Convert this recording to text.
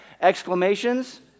Exclamations